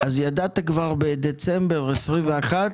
אז ידעת כבר בדצמבר 21'